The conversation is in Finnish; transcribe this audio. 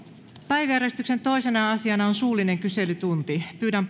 päiväjärjestyksen toisena asiana on suullinen kyselytunti pyydän